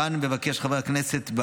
כאן מבקש חבר הכנסת,